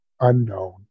unknown